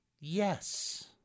Yes